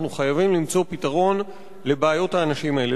אנחנו חייבים למצוא פתרון לבעיות האנשים האלה.